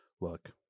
Look